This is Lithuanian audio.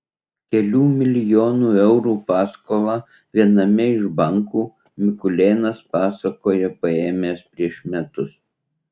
kelių milijonų eurų paskolą viename iš bankų mikulėnas pasakoja paėmęs prieš metus